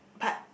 but